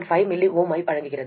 5 mV ஐ வழங்குகிறது